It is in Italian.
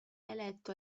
eletto